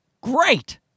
great